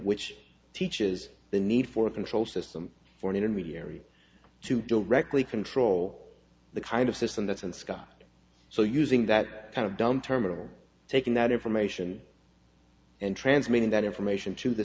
which teaches the need for control system for an intermediary to deal directly control the kind of system that's an sca so using that kind of dumb terminal taking that information and transmitting that information to the